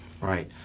Right